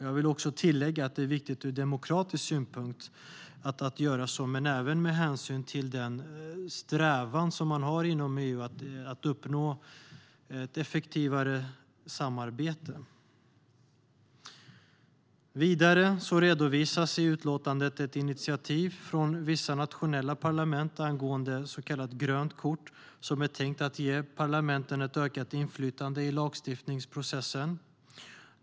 Jag vill tillägga att det är viktigt ur demokratisk synpunkt att göra så men även med hänsyn till den strävan man har inom EU att uppnå ett effektivare samarbete. Vidare redovisas i utlåtandet ett initiativ från vissa nationella parlament angående så kallat grönt kort som är tänkt att ge parlamenten ett ökat inflytande i lagstiftningsprocessen.